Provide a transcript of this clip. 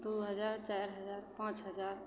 दुइ हजार चारि हजार पाँच हजार